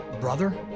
brother